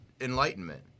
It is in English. enlightenment